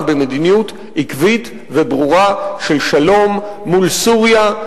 במדיניות עקבית וברורה של שלום מול סוריה,